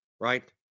right